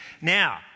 now